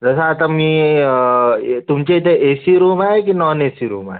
जसं आता मी यं तुमच्या इथे ए सी रूम आहे की नॉन ए सी रूम आहे